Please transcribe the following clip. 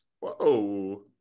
Whoa